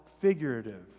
figurative